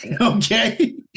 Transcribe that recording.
okay